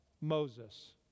Moses